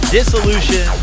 Dissolution